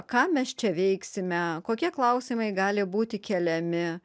ką mes čia veiksime kokie klausimai gali būti keliami